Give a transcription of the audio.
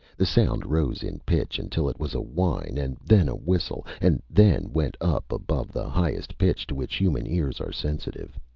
the sound rose in pitch until it was a whine, and then a whistle, and then went up above the highest pitch to which human ears are sensitive.